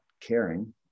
caring